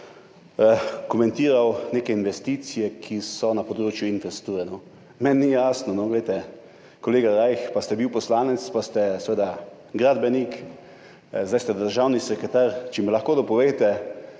komentiral neke investicije, ki so na področju infrastrukture. Meni ni jasno. Kolega Rajh, pa ste bili poslanec pa ste seveda gradbenik, zdaj ste državni sekretar, če mi lahko dopoveste,